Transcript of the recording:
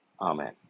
Amen